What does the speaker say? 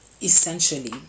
essentially